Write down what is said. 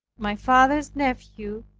my father's nephew,